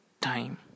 time